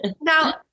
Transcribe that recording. Now